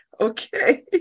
okay